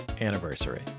anniversary